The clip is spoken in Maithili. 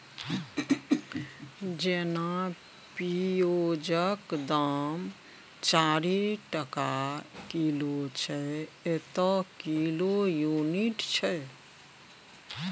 जेना पिओजक दाम चारि टका किलो छै एतय किलो युनिट छै